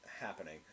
happening